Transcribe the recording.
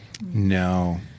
No